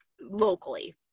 locally